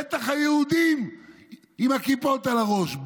בטח היהודים עם הכיפות על הראש.